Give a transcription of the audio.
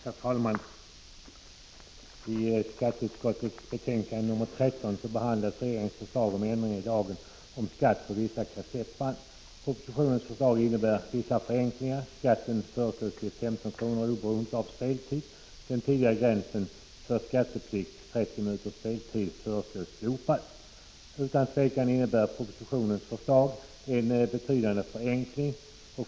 Herr talman! I skatteutskottets betänkande nr 13 behandlas regeringens förslag till ändring i lagen om skatt på vissa kassettband. Förslagen innebär vissa förenklingar. Skatten föreslås bli 15 kr. oberoende av speltid. Den tidigare gränsen för skatteplikt, 30 minuters speltid, föreslås bli slopad. Utan tvivel innebär regeringens förslag en betydande förenkling.